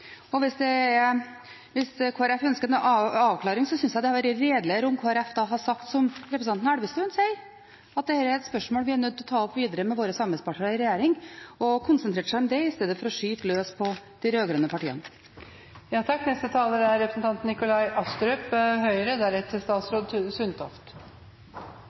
og hvis Kristelig Folkeparti ønsker en avklaring, synes jeg det hadde vært redeligere om Kristelig Folkeparti da hadde sagt som representanten Elvestuen sier, at dette er et spørsmål man er nødt til å ta opp videre med våre samarbeidspartnere i regjering, og konsentrert seg om det, istedenfor å skyte løs på de